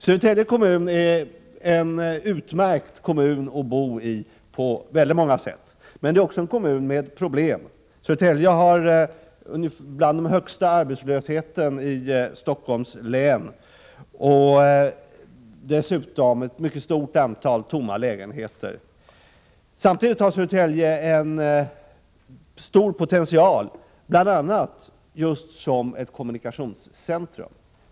Södertälje kommun är på många sätt en utmärkt kommun att bo i, men det är också en kommun med problem. Södertälje är en av de kommuner i Stockholms län som har störst arbetslöshet och dessutom ett mycket stort antal tomma lägenheter. Samtidigt har Södertälje stor potential bl.a. som ett kommunikationscentrum.